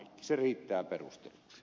se riittää perusteluksi